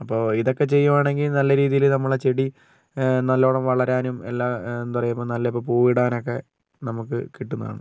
അപ്പം ഇതൊക്കെ ചെയ്യുകയാണെങ്കിൽ നല്ല രീതിയിൽ നമ്മള ചെടി നല്ലവണ്ണം വളരാനും എല്ലാ എന്താ പറ നല്ല ഇപ്പ പൂവിടാനൊക്കെ നമുക്ക് കിട്ടുന്നതാണ്